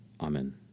Amen